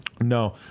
no